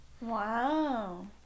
Wow